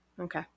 Okay